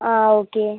ആ ഓക്കെ